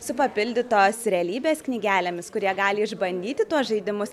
su papildytos realybės knygelėmis kurie gali išbandyti tuos žaidimus